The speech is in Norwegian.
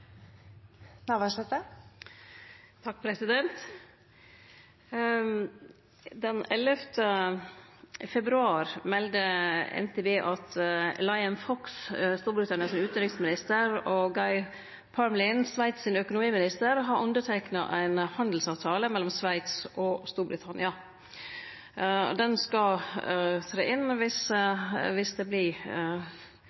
februar melde NTB at Liam Fox, utanriksministeren i Storbritannia, og Guy Parmelin, økonomiministeren i Sveits, hadde underteikna ein handelsavtale mellom Sveits og Storbritannia. Den skal gjelde viss